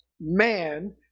man